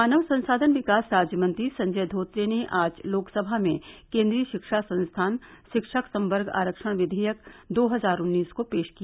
मानव संसाधन विकास राज्य मंत्री संजय धोत्रे ने आज लोकसभा में केन्द्रीय शिक्षा संस्थान शिक्षक संवर्ग आरक्षण विवेयक दो हजार उन्नीस को पेश किया